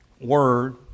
word